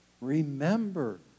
Remember